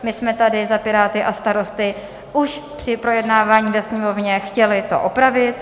My jsme tady za Piráty a Starosty už při projednávání ve Sněmovně chtěli to opravit.